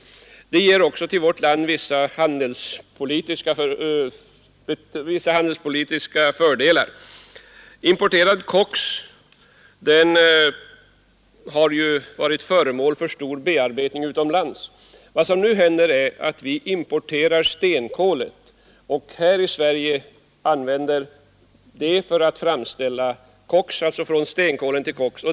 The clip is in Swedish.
Den ger också vårt land vissa handelspolitiska fördelar. Importerad koks har ju varit föremål för omfattande bearbetning utomlands. Vad som nu händer är att vi i stället skall importera stenkolet till Sverige för att därav framställa koks.